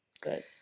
Good